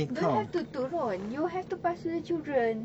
don't have to turun you have to pass to the children